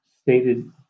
stated